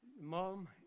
Mom